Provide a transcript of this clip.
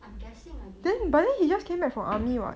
I'm guessing I don't know